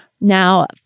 Now